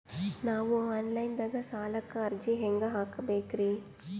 ನಾವು online ದಾಗ ಸಾಲಕ್ಕ ಅರ್ಜಿ ಹೆಂಗ ಹಾಕಬೇಕ್ರಿ?